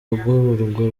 bagororwa